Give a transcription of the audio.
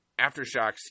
Aftershocks